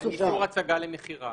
אישור הצגה למכירה.